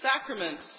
sacraments